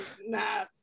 nah